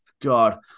God